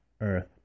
Earth